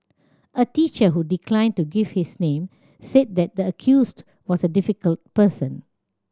a teacher who declined to give his name said that the accused was a difficult person